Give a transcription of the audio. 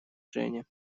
женя